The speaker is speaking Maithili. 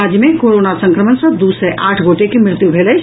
राज्य मे कोरोना संक्रमण सँ दू सय आठ गोटे के मृत्यु भेल अछि